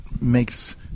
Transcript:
makes